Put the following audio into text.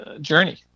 journey